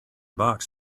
box